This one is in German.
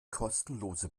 kostenlose